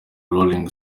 rolling